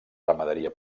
ramaderia